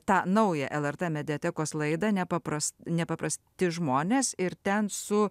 tą naują lrt mediatekos laidą nepapras nepaprasti žmonės ir ten su